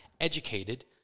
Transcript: educated